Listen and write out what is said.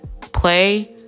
play